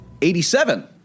87